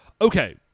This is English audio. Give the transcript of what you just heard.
Okay